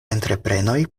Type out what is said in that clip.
entreprenoj